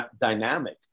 dynamic